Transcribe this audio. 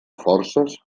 forces